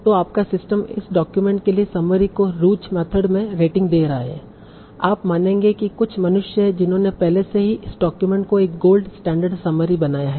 तो आपका सिस्टम इस डॉक्यूमेंट के लिए समरी को रूज मेथड में रेटिंग दे रहा है आप मानेंगे कि कुछ मनुष्य हैं जिन्होंने पहले से ही इस डॉक्यूमेंट को एक गोल्ड स्टैण्डर्ड समरी बनाया है